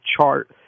chart